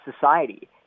society